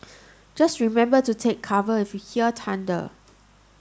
just remember to take cover if you hear thunder